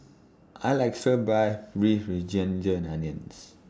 I like Stir Fry Beef with Ginger Onions